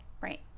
Right